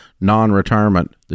non-retirement